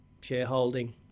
shareholding